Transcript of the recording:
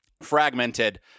fragmented